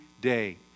day